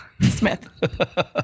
smith